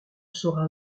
sera